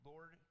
Lord